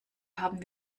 haben